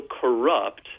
corrupt